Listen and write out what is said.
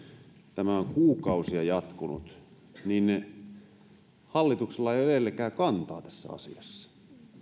tämä on kuukausia jatkunut niin hallituksella ei ole edelleenkään kantaa tässä asiassa